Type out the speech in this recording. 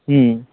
হুম